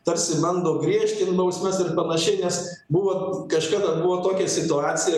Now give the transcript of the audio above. tarsi bando griežtint bausmes ir panašiai nes buvo kažkada buvo tokia situacija